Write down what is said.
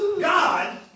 God